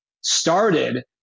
started